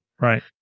right